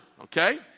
okay